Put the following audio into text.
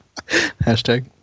Hashtag